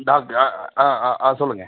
talk ஆ ஆ ஆ ஆ சொல்லுங்கள்